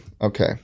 Okay